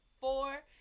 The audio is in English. four